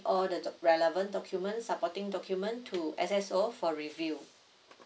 all the doc~ relevant documents supporting document to S_S_O for review